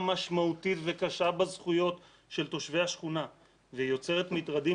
משמעותית וקשה בזכויות של תושבי השכונה ויוצרת מטרדים